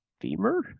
femur